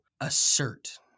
assert